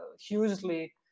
hugely